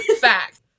fact